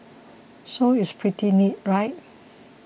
so it's pretty neat right